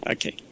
Okay